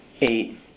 eight